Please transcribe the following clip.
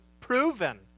proven